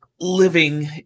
living